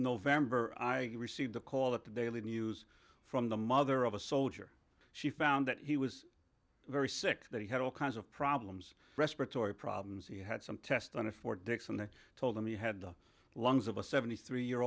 november i received a call at the daily news from the mother of a soldier she found that he was very sick that he had all kinds of problems respiratory problems he had some tests on the fort dix from the told him he had the lungs of a seventy three year